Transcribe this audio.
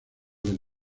del